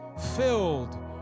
filled